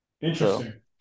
Interesting